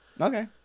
Okay